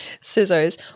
scissors